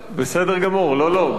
לא לא, בסדר גמור.